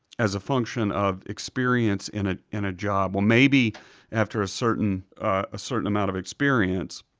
as a function of experience in ah in a job, well, maybe after a certain a certain amount of experience,